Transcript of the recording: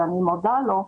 שאני מודה לו,